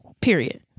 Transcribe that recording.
period